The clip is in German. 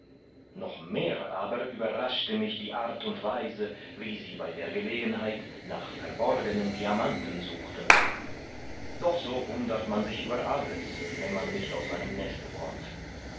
noch mehr aber überraschte mich die art und weise wie sie bei der gelegenheit nach verborgenen diamanten suchten doch so wundert man sich über alles wenn man nicht aus seinem neste kommt